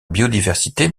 biodiversité